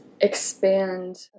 expand